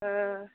ஆ